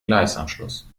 gleisanschluss